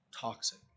toxic